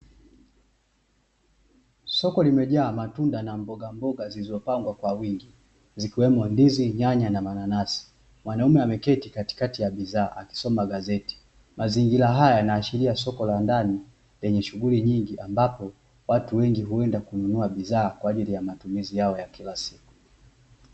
Soko limejaa matunda na mboga mboga zilizopangwa kwa wingi, zikiwemo: ndizi, nyanya na mananasi. Mwanaume ameketi katikati ya bidhaa akisoma gazeti. Mazingira haya yanaashiria soko la ndani lenye shughuli nyingi, ambapo watu wengi huenda kununua bidhaa kwa ajili ya matumizi yao ya kila siku.